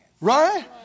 Right